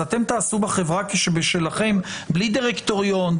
אז אתם תעשו בחברה כבשלכם בלי דירקטוריון.